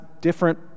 different